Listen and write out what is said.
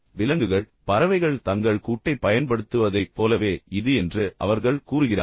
விலங்குகள் பறவைகள் தங்கள் கூட்டைப் பயன்படுத்துவதைப் போலவே இது என்று அவர்கள் கூறுகிறார்கள்